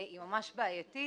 היא ממש בעייתית